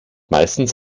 meistens